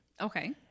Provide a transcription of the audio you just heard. Okay